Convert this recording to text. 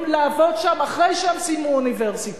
לעבוד בהם שם אחרי שהם סיימו אוניברסיטה,